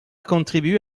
contribué